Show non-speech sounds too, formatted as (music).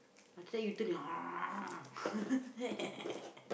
after that you turn (laughs)